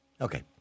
Okay